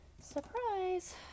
surprise